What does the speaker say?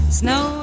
snow